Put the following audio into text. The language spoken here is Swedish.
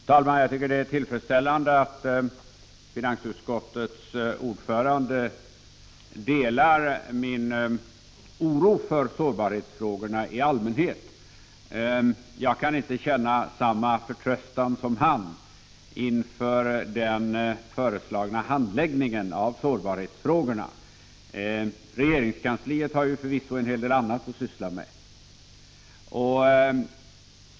Fru talman! Jag tycker det är tillfredsställande att finansutskottets ordförande delar min oro för sårbarhetsfrågorna i allmänhet. Däremot kan jaginte känna samma förtröstan som han inför den föreslagna handläggningen av sårbarhetsfrågorna — regeringskansliet har förvisso en hel del annat att syssla med.